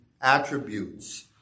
attributes